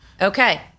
Okay